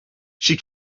she